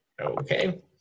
Okay